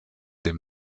dem